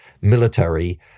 military